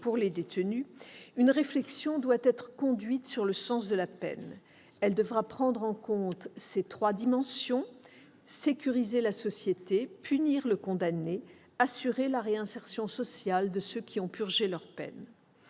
pour eux, une réflexion doit être conduite sur le sens de la peine. Elle devra prendre en compte ses trois dimensions : sécuriser la société, punir le condamné et assurer la réinsertion sociale de ceux qui ont purgé leurs peines.